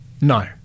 no